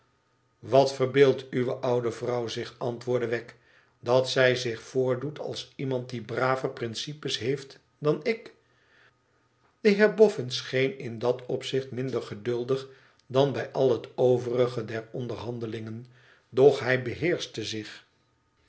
twat verbeeldt uwe oude vrouw zich antwoordde wegg tdat zij zich voordoet als iemand die braver principes heeft dan ik de heer boffin scheen in dat opzicht minder geduldig dan bij al het overige der onderhandelmgen doch hij beheerschte zich